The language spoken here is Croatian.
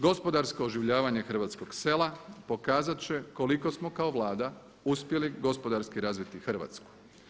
Gospodarsko oživljavanje hrvatskog sela pokazat će koliko smo kao Vlada uspjeli gospodarski razviti Hrvatsku.